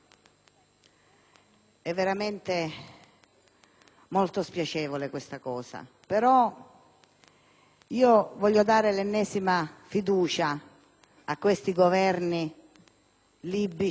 È veramente molto spiacevole. Tuttavia, voglio dare l'ennesima fiducia a questi Governi libici,